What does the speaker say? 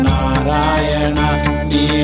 Narayana